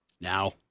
Now